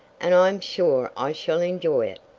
and i am sure i shall enjoy it.